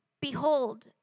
Behold